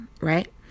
Right